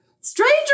Stranger